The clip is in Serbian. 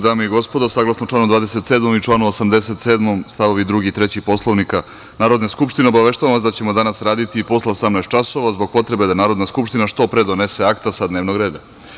Dame i gospodo, saglasno članu 27. i članu 87. st. 2. i 3. Poslovnika Narodne skupštine, obaveštavam vas da ćemo danas raditi i posle 18.00 časova, zbog potrebe da Narodna skupština što pre donese akta iz dnevnog reda.